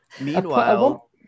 Meanwhile